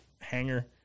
hanger